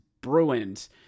Bruins